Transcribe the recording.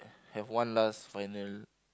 have one last final